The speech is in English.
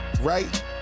right